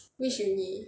which uni